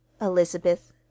Elizabeth